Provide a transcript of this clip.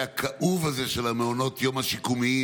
הכאוב הזה של מעונות היום השיקומיים.